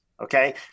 Okay